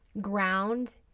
ground